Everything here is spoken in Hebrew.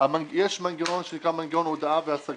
יש מנגנון שנקרא מנגנון הודעה והשגה.